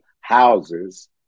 houses